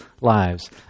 lives